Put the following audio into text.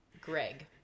Greg